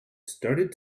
started